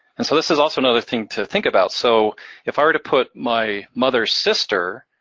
and so, this is also another thing to think about. so if i were to put my mother's sister,